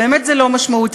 באמת זה לא משמעותי,